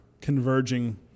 converging